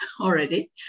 already